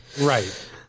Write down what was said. Right